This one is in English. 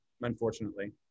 unfortunately